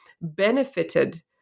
benefited